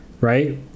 right